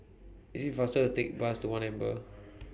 IT IS faster Take Bus one Amber